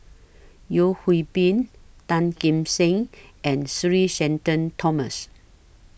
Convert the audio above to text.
Yeo Hwee Bin Tan Kim Seng and Sir Shenton Thomas